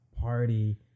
party